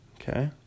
Okay